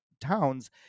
towns